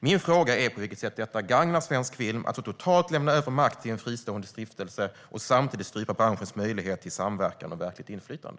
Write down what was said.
Min fråga är på vilket sätt det gagnar svensk film att så totalt lämna över makt till en fristående stiftelse och samtidigt strypa branschens möjlighet till samverkan och verkligt inflytande.